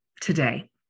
today